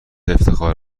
افتخار